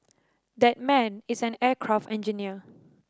that man is an aircraft engineer